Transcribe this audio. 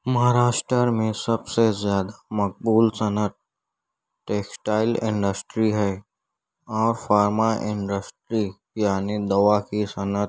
مہاراشٹر میں سب سے زیادہ مقبول صنعت ٹیکسٹائل انڈسٹری ہے اور فارما انڈسٹری یعنی دوا کی صنعت